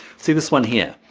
see this one here.